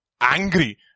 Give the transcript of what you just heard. angry